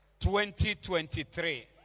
2023